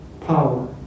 power